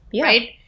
right